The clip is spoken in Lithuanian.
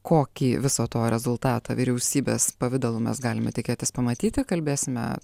kokį viso to rezultatą vyriausybės pavidalu mes galime tikėtis pamatyti kalbėsime